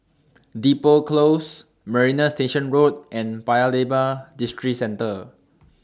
Depot Close Marina Station Road and Paya Lebar Districentre